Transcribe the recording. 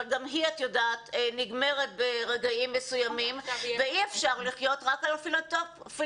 אבל גם היא נגמרת ברגעים מסוימים ואי אפשר לחיות רק על הפילנתרופיה.